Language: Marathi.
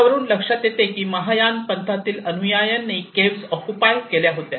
त्या वरून लक्षात येते की महायान पंथातील अनुयायांनी केव्ह ऑक्युपाय केल्या होत्या